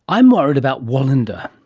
i'm worried about wallander.